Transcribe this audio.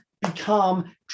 become